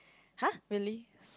[huh] really